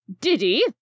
Diddy